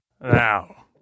Now